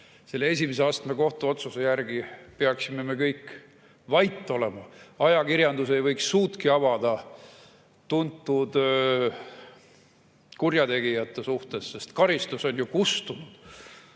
selle esimese astme kohtu otsuse järgi peaksime me kõik vait olema … Ajakirjandus ei võiks suudki avada tuntud kurjategijate puhul, sest karistus on kustunud.